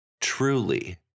truly